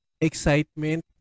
excitement